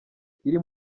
iri